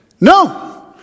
No